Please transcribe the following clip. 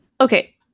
Okay